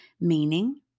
Meaning